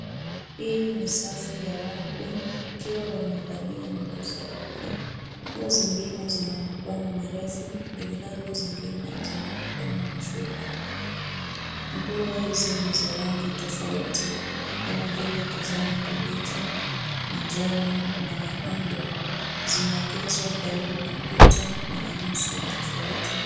Hii ni safu ya Maniquine wakiwa wamevalia nguo za kike, nguo zingine zina mikoni mirefu ilhali zingine zina mikono mifupi. Nguo hizi ni za rangi tofauti kama vile kijani kibichi na njano na nyekundu zimeegezwa karibu na ukuta wenye nyuso tofauti.